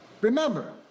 Remember